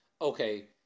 Okay